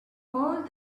all